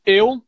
eu